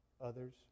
others